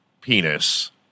penis